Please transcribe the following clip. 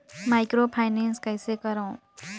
Microfinance कइसे करव?